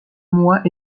mois